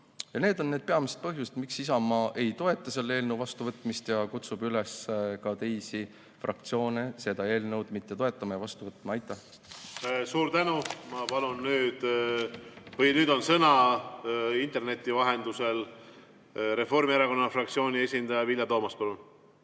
Need on peamised põhjused, miks Isamaa ei toeta selle eelnõu vastuvõtmist ja kutsub üles ka teisi fraktsioone seda eelnõu mitte toetama ja vastu võtma. Aitäh! Suur tänu! Ma palun, nüüd on sõna interneti vahendusel Reformierakonna fraktsiooni esindajal Vilja Toomastil.